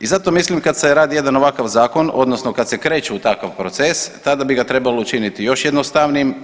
I zato mislim kad se radi jedan ovakav zakon odnosno kad se kreće u takav proces tada bi ga trebalo učiniti još jednostavnijim.